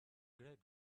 great